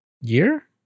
year